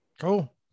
Cool